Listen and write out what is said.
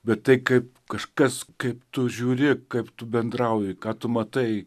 bet tai kaip kažkas kaip tu žiūri kaip tu bendrauji ką tu matai